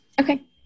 Okay